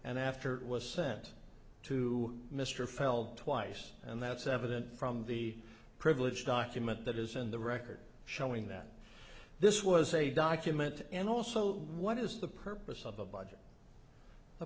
and after it was sent to mr feld twice and that's evident from the privilege document that is in the record showing that this was a document and also what is the purpose of a budget the